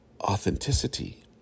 authenticity